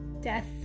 death